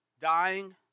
dying